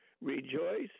rejoice